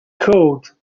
code